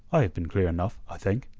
i have been clear enough, i think.